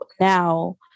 now